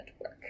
work